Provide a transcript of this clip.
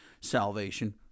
salvation